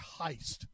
heist